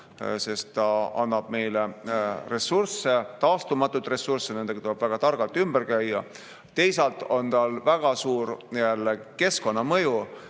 sest ta annab meile ressursse, taastumatuid ressursse, millega tuleb väga targalt ümber käia. Teisalt on tal väga suur keskkonnamõju.